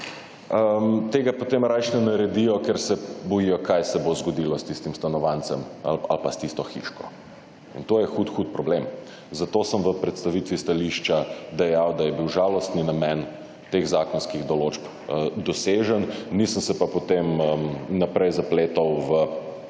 tega potem rajši ne naredijo, ker se bojijo, kaj se bo zgodilo s tistim stanovanjcem ali pa s tisto hiško. In to je hud, hud problem. Zato sem v predstavitvi stališča dejal, da je bil žalostni namen teh zakonskih določb dosežen, nisem se pa potem naprej zapletal v